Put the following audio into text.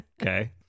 Okay